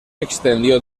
extendió